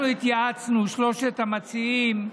אנחנו התייעצנו, שלושת המציעים,